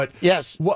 Yes